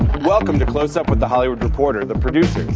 welcome to close up with the hollywood reporter the producers.